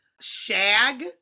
Shag